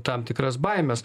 tam tikras baimes